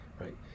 right